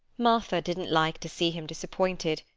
martha didn't like to see him disappointed,